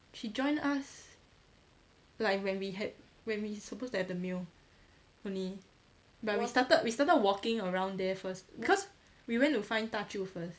she join us like when we had when we supposed to have the meal only but we started we started walking around there first because we went to find 大舅 first